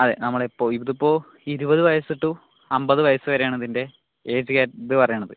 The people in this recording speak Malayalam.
അതെ നമ്മളിപ്പോൾ ഇതിപ്പോൾ ഇരുപത് വയസ് ടു അമ്പത് വയസ് വരെയാണ് ഇതിൻ്റെ ഏജ് കാ ഇത് പറയണത്